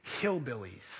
hillbillies